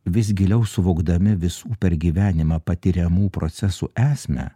vis giliau suvokdami visų per gyvenimą patiriamų procesų esmę